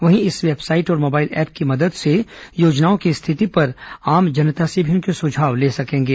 वहीं इस वेबसाइट और मोबाइल ऐप की मदद से योजनाओं की स्थिति पर आम जनता से भी उनके सुझाव ले सकेंगे